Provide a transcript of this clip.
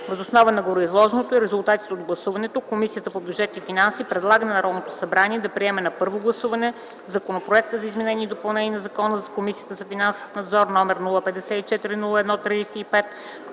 Въз основа на гореизложеното и резултатите от гласуването, Комисията по бюджет и финанси предлага на Народното събрание да приеме на първо гласуване Законопроекта за изменение и допълнение на Закона за Комисията за финансов надзор № 054 01 35,